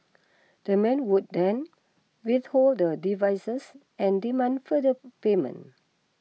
the man would then withhold the devices and demand further payment